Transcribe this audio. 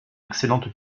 excellente